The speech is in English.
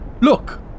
Look